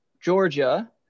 Georgia